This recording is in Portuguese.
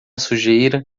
sujeira